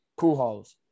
Pujols